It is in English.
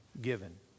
given